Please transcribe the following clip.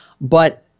But-